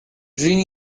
green